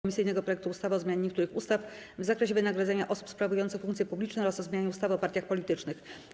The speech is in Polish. komisyjnego projektu ustawy o zmianie niektórych ustaw w zakresie wynagradzania osób sprawujących funkcje publiczne oraz o zmianie ustawy o partiach politycznych.